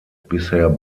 bisher